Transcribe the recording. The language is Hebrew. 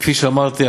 כפי שאמרתי,